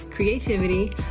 Creativity